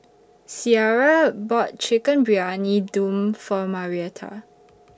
Ciera bought Chicken Briyani Dum For Marietta